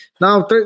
Now